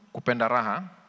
kupendaraha